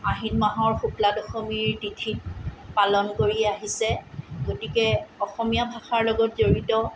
আহিন মাহৰ শুক্লা দশমীৰ তিথিত পালন কৰি আহিছে গতিকে অসমীয়া ভাষাৰ লগত জড়িত